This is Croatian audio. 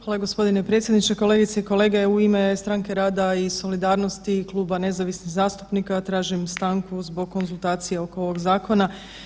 Hvala g. predsjedniče, kolegice i kolege, u ime Stranke rada i solidarnosti i Kluba nezavisnih zastupnika tražim stanku zbog konzultacije oko ovog zakona.